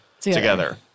Together